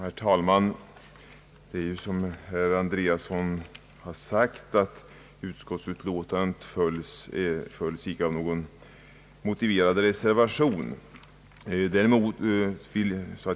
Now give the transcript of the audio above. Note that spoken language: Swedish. Herr talman! Som herr Andreasson sagt, följs utskottsutlåtandet inte av någon motiverad reservation.